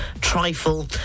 trifle